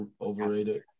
overrated